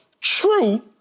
true